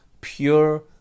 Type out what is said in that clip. pure